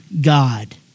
God